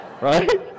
right